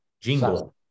jingle